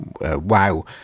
Wow